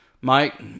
Mike